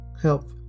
help